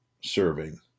serving